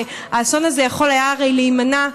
האסון הזה הרי היה יכול להימנע.